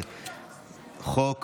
להצעות חוק